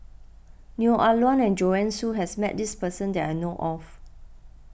Neo Ah Luan and Joanne Soo has met this person that I know of